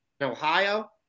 Ohio